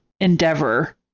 endeavor